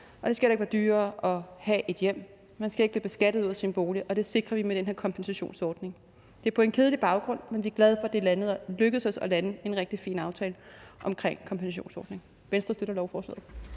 og det skal heller ikke være dyrere at have et hjem. Man skal ikke blive beskattet ud af sin bolig, og det sikrer vi med den her kompensationsordning. Det er på en kedelig baggrund, men vi er glade for, at det er lykkedes os at lande en rigtig fin aftale omkring kompensationsordningen. Venstre støtter lovforslaget.